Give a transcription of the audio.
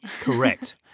correct